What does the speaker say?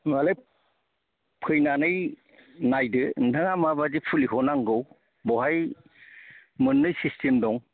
होनबालाय फैनानै नायदो नोंथाङा माबायदि फुलिखौ नांगौ बहाय मोननै सिसटिम दं